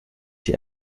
die